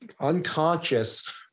unconscious